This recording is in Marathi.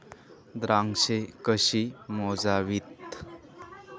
द्राक्षे कशी मोजावीत?